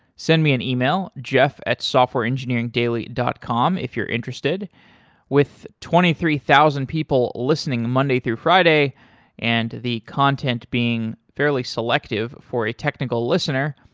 send me an e-mail jeff at softwareengineeringdaily dot com if you're interested with twenty three thousand people listening monday through friday and the content being fairly selective for a technical listener,